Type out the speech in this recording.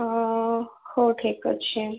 ହଉ ଠିକ୍ ଅଛି